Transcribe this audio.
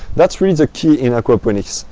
that's really the key in aquaponics.